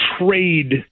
trade